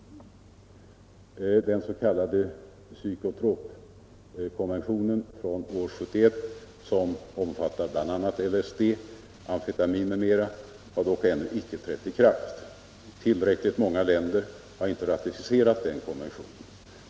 Den s.k. psykotropkonventionen från år 1971, som omfattar bl.a. LSD, amfetamin m.m., har dock ännu inte trätt i kraft. Tillräckligt många länder har inte ratificerat den konventionen.